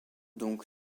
donc